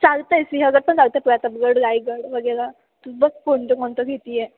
चालतं आहे सिंहगड पण चालतं प्रतापगड रायगड वगैरे तू बघ कोणतं कोणतं घेते आहे